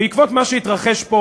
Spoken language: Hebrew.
בעקבות מה שהתרחש פה